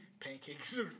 Pancakes